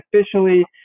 officially